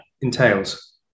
entails